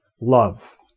Love